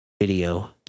Video